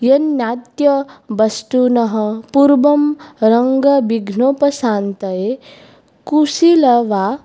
यन्नाट्य वस्तुनः पूर्वं रङ्गविघ्नोपशान्तये कुशीलयाः